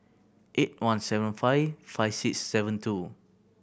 eight one seven five five six seven two